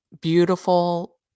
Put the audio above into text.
beautiful